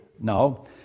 no